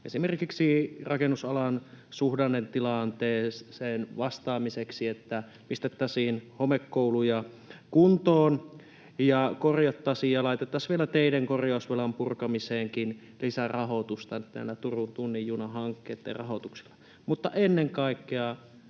esimerkiksi rakennusalan suhdannetilanteeseen vastaamiseksi, että pistettäisiin homekouluja kuntoon ja korjattaisiin ja laitettaisiin vielä teiden korjausvelan purkamiseenkin lisärahoitusta tällä Turun tunnin juna ‑hankkeen rahoituksella? Mutta ennen kaikkea